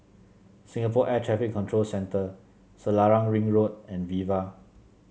Singapore Air Traffic Control Centre Selarang Ring Road and Viva